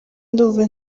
ndumva